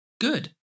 Good